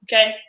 Okay